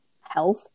health